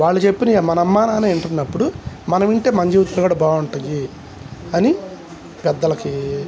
వాళ్ళు చెప్పిన మన అమ్మా నాన్న వింటున్నప్పుడు మనం వింటే మన జీవితాలు కూడా బాగుంటుంది అని పెద్దలకి